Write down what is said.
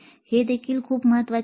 हे देखील खूप महत्वाचे आहे